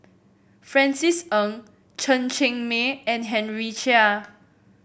Francis Ng Chen Cheng Mei and Henry Chia